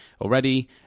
already